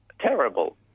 terrible